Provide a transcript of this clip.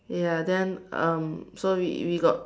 ya then uh so we we got